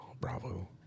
Bravo